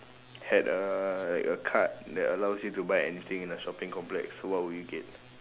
had a like a card that allows you to buy anything in a shopping complex what would you get